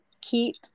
keep